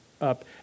up